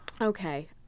Okay